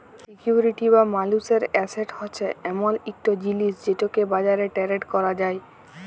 security বা মালুসের asset হছে এমল ইকট জিলিস যেটকে বাজারে টেরেড ক্যরা যায়